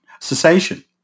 cessation